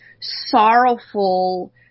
sorrowful